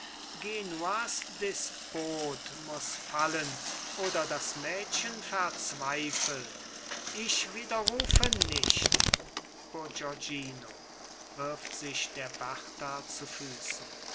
despot muß fallen oder das mädchen verzweifelt ich widerrufe nicht bourgognino wirft sich der berta zu füßen